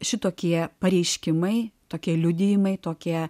šitokie pareiškimai tokie liudijimai tokie